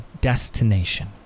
destination